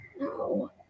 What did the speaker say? No